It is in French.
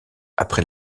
après